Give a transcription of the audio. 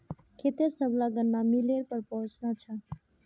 खेतेर सबला गन्ना मिलेर पर पहुंचना छ